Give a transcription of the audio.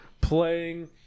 playing